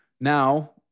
Now